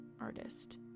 artist